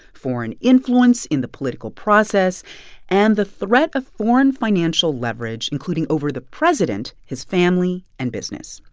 foreign influence in the political process and the threat of foreign financial leverage, including over the president, his family and business,